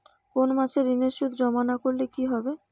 কোনো মাসে ঋণের সুদ জমা না করলে কি হবে?